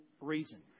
reason